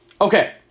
Okay